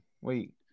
Wait